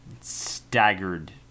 staggered